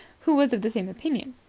who was of the same opinion.